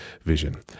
vision